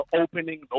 opening